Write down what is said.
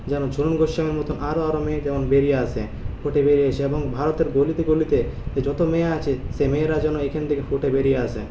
যেমন ঝুলন গোস্বামীর মতো আরও আরও মেয়ে তেমন বেরিয়ে আসে ফুটে বেরিয়ে আসে এবং ভারতের গলিতে গলিতে যত মেয়ে আছে সেই মেয়েরা যেন এখান থেকে ফুটে বেরিয়ে আসে